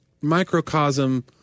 microcosm